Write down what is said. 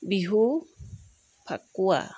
Bihu Phakuwa